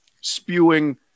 spewing